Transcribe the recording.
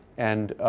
and